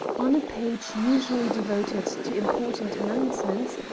on a page usually devoted to important announcements,